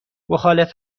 مخالف